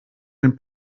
den